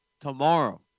tomorrow